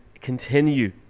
continue